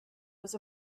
was